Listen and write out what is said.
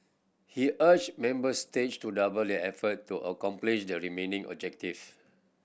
he urged member states to double their effort to accomplish the remaining objectives